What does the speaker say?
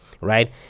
right